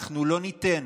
אנחנו לא ניתן